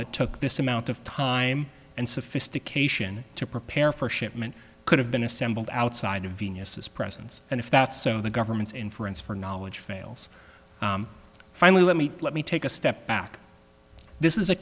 that took this amount of time and sophistication to prepare for shipment could have been assembled outside of venus's presence and if that's so the government's inference for knowledge fails finally let me let me take a step back this is a